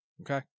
Okay